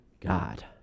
God